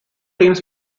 teams